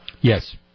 Yes